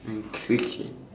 and cricket